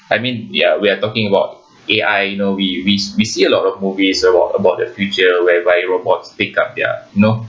I mean ya we're talking about A_I you know we we we see a lot of movies about about the future whereby robots take up their you know